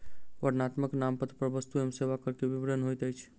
वर्णनात्मक नामपत्र पर वस्तु एवं सेवा कर के विवरण होइत अछि